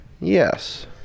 Yes